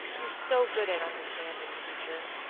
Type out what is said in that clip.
you're so good at understanding, teacher.